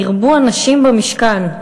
ירבו הנשים במשכן.